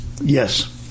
Yes